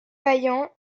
vaillant